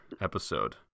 episode